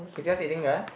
he's just eating grass